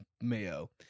Mayo